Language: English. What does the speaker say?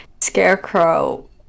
Scarecrow